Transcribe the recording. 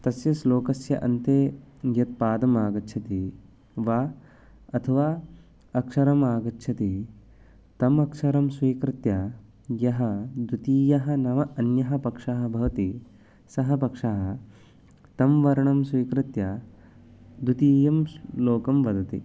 तस्य श्लोकस्य अन्ते यत् पादम् आगच्छति वा अथवा अक्षरम् आगच्छति तम् अक्षरं स्वीकृत्य यः द्वितीयः नाम अन्यः पक्षः भवति सः पक्षः तं वर्णं स्वीकृत्य द्वितीयं स् लोकं वदति